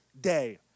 day